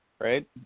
right